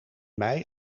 mei